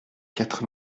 quatre